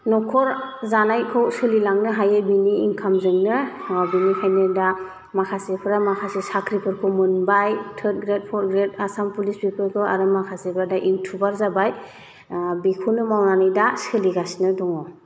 नखर जानायखौ सोलिलांनो हायो बेनि इनकामजोंनो बेनिखायनो दा माखासेफोरा माखासे साख्रिफोरखौ मोनबाय third grade four grade Assam police बेफोरखौ आरो माखासेफ्रा दा इउटुबार जाबाय बेखौनो मावनानै दा सोलिगासिनो दङ